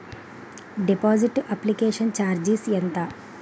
Deposit application charges ఎంత?